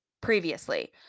previously